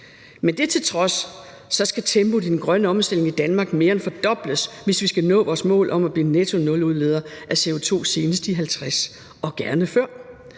Men det til trods skal tempoet i den grønne omstilling i Danmark mere end fordobles, hvis vi skal nå vores mål om, at blive en nettonuludleder af CO2 senest i 2050, og gerne før.